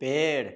पेड़